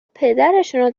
پدرشونو